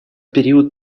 период